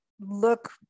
look